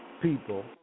people